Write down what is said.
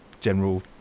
general